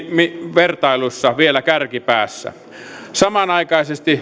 vertailuissa vielä kärkipäässä samanaikaisesti